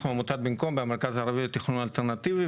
אנחנו עמותת "במקום" המרכז הערבי לתכנון אלטרנטיבי.